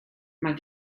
mae